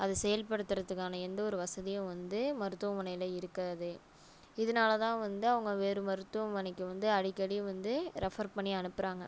அது செயல்படுத்துறதுக்கான எந்த ஒரு வசதியும் வந்து மருத்துவமனையில் இருக்காது இதனாலதான் வந்து அவங்க வேறு மருத்துவமனைக்கு வந்து அடிக்கடி வந்து ரெஃபர் பண்ணி அனுப்புகிறாங்க